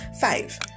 Five